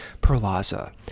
Perlaza